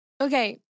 Okay